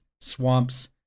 swamps